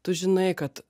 tu žinai kad